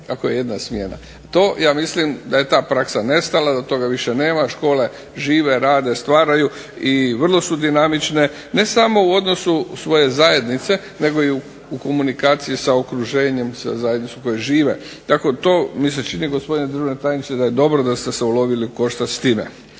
ako je jedna smjena. To ja mislim da je ta praksa nestala, da toga više nema, škole žive, rade, stvaraju i vrlo su dinamične, ne samo u odnosu svoje zajednice nego i u komunikaciji sa okruženjem, sa zajednicom u kojoj žive. Dakle to mi se čini, gospodine državni tajniče, da je dobro da ste se ulovili u koštac s time.